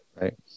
right